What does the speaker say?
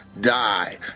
Die